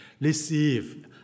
Receive